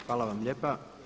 Hvala vam lijepa.